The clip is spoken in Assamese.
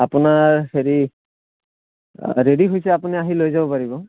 আপোনাৰ হেৰি ৰেডী হৈছে আপুনি আহি লৈ যাব পাৰিব